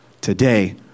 today